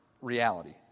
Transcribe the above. reality